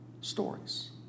stories